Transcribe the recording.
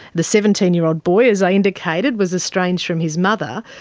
the seventeen year old boy, as i indicated, was estranged from his mother,